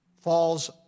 Falls